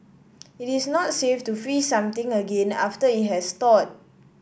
it is not safe to freeze something again after it has thawed